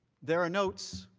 there are notes